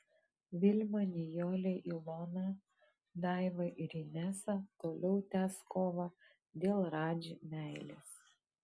vilma nijolė ilona daiva ir inesa toliau tęs kovą dėl radži meilės